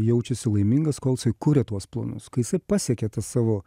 jaučiasi laimingas kol jisai kuria tuos planus kai jisai pasiekia tą savo